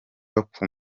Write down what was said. mwaka